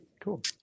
Cool